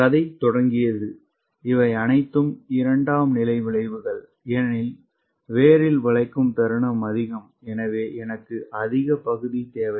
கதை தொடங்கியது இவை அனைத்தும் இரண்டாம் நிலை விளைவுகள் ஏனெனில் வேரில் வளைக்கும் தருணம் அதிகம் எனவே எனக்கு அதிக பகுதி தேவை